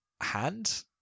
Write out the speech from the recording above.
hand